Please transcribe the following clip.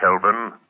Kelvin